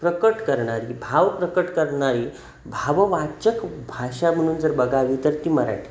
प्रकट करणारी भाव प्रकट करणारी भाववाचक भाषा म्हणून जर बघावी तर ती मराठी